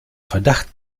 verdacht